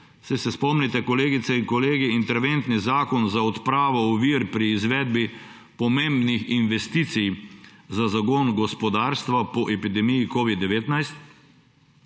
saj se spomnite, kolegice in kolegi – Interventni zakon za odpravo ovir pri izvedbi pomembnih investicij za zagon gospodarstva po epidemiji COVID-19.